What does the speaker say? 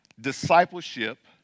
discipleship